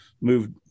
moved